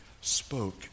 spoke